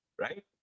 right